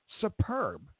superb